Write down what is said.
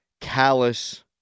callous